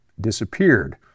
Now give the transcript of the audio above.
disappeared